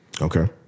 Okay